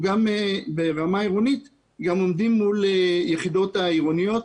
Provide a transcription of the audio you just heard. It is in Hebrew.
ברמה העירונית אנחנו גם עומדים מול היחידות העירוניות,